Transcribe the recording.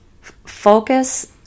Focus